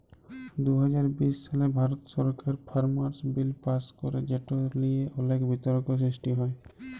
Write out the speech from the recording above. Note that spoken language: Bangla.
দু হাজার বিশ সালে ভারত সরকার ফার্মার্স বিল পাস্ ক্যরে যেট লিয়ে অলেক বিতর্ক সৃষ্টি হ্যয়